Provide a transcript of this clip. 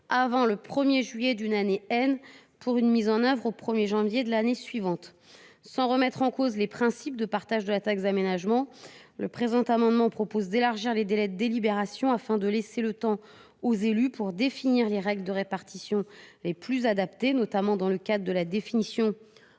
avant le 1 juillet de l’année , pour une mise en œuvre au 1 janvier de l’année suivante. Sans remettre en cause les principes de partage de la taxe d’aménagement, cet amendement vise à élargir les délais de délibération, afin de laisser le temps aux élus de définir les règles de répartition les plus adaptées, notamment dans le cadre de la définition